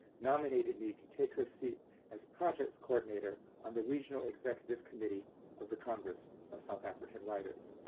nominated me to take her seat as projects coordinator on the regional executive committee of the congress of south african writers.